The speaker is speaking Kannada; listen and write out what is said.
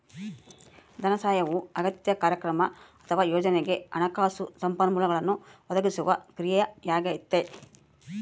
ಧನಸಹಾಯವು ಅಗತ್ಯ ಕಾರ್ಯಕ್ರಮ ಅಥವಾ ಯೋಜನೆಗೆ ಹಣಕಾಸು ಸಂಪನ್ಮೂಲಗಳನ್ನು ಒದಗಿಸುವ ಕ್ರಿಯೆಯಾಗೈತೆ